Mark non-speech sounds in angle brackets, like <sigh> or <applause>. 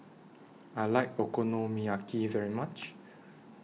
<noise> I like Okonomiyaki very much